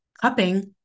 cupping